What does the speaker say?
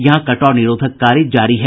यहां कटाव निरोधक कार्य जारी है